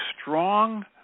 strong